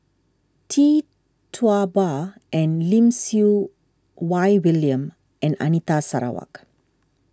Tee Tua Ba and Lim Siew Wai William and Anita Sarawak